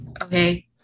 Okay